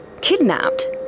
Kidnapped